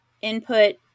input